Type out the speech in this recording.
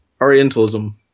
Orientalism